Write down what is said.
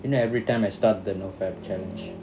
you know everytime I start the no fap challenge